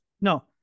no